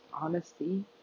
honesty